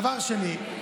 דבר שני,